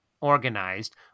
organized